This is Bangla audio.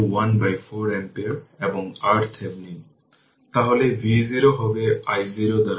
এখন আমরা জানি যে i t I0 source p circuit যা আমরা জানি I 2 I0 e t tτ